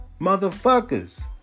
motherfuckers